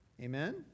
Amen